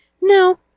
No